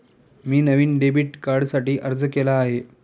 मी नवीन डेबिट कार्डसाठी अर्ज केला आहे